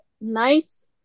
nice